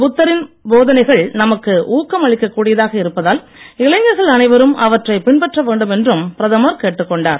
புத்தரின் போதனைகள் நமக்கு ஊக்கம் அளிக்கக் கூடியதாக இருப்பதால் இளைஞர்கள் அனைவரும் அவற்றை பின்பற்ற வேண்டும் என்றும் பிரதமர் கேட்டுக்கொண்டார்